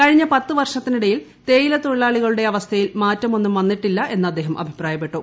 കഴിഞ്ഞ പത്ത് വർഷത്തിനിടയിൽ തേയിലത്തൊഴിലാളികളുടെ അവസ്ഥയിൽ മാറ്റമൊന്നും വന്നിട്ടില്ല എന്ന് അദ്ദേഹം അഭിപ്രായപ്പെട്ടു